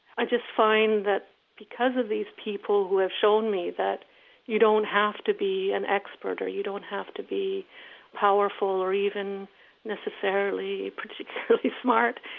i just find that because of these people who have shown me that you don't have to be an expert or you don't have to be powerful or even necessarily particularly smart,